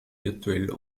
virtuell